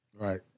Right